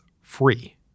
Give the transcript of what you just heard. free